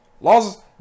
Laws